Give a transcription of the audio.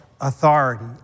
authority